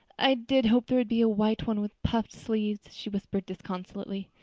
i did hope there would be a white one with puffed sleeves, she whispered disconsolately.